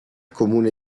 comune